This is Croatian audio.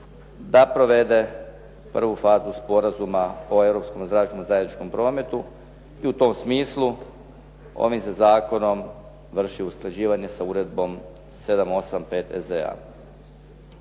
da provede prvu fazu Sporazuma o europskom zračnom zajedničkom prometu i u tom smislu ovim se zakonom vrši usklađivanje sa Uredbom 785 EZ-a.